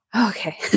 Okay